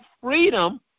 freedom